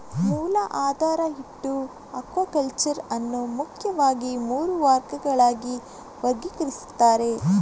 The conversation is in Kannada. ಮೂಲ ಆಧಾರ ಇಟ್ಟು ಅಕ್ವಾಕಲ್ಚರ್ ಅನ್ನು ಮುಖ್ಯವಾಗಿ ಮೂರು ವರ್ಗಗಳಾಗಿ ವರ್ಗೀಕರಿಸ್ತಾರೆ